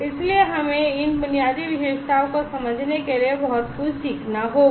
इसलिए हमें इन बुनियादी विशेषताओं को समझने के लिए बहुत कुछ सीखना होगा